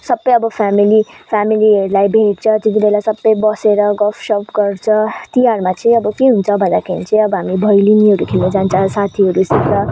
सबै अब फेमिली फेमिलीहरूलाई भेट्छ त्यति बेला सबै बसेर गफसफ गर्छ तिहारमा चाहिँ अब के हुन्छ भन्दाखेरि चाहिँ अब हामी भैलेनीहरू खेल्नु जान्छ साथीहरूसित